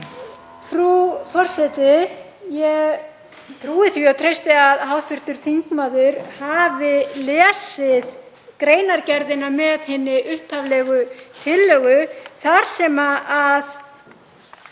Frú forseti. Ég trúi því og treysti að hv. þingmaður hafi lesið greinargerðina með hinni upphaflegu tillögu, en þar